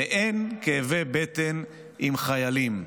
ואין כאבי בטן עם חיילים.